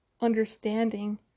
understanding